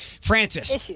Francis